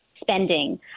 spending